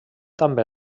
també